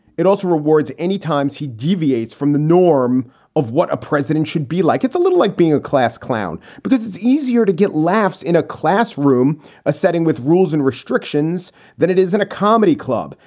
it also rewards any times he deviates from the norm of what a president should be like. it's a little like being a class clown because it's easier to get laughs in a class room setting with rules and restrictions than it is in a comedy club.